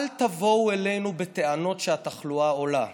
אל תבואו אלינו בטענות שהתחלואה עולה.